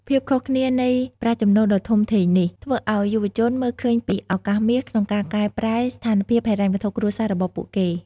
ភាពខុសគ្នានៃប្រាក់ចំណូលដ៏ធំធេងនេះ ធ្វើឱ្យយុវជនមើលឃើញពីឱកាសមាសក្នុងការកែប្រែស្ថានភាពហិរញ្ញវត្ថុគ្រួសាររបស់ពួកគេ។